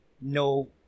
no